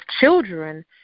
children